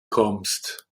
kommst